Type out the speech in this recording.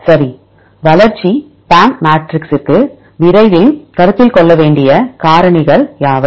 சரி வளர்ச்சி PAM மேட்ரிக்ஸிற்கு விரைவில் கருத்தில் கொள்ள வேண்டிய காரணிகள் யாவை